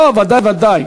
נסתפק בדיון הזה כאן.